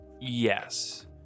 Yes